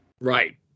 Right